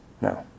No